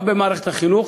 גם במערכת החינוך,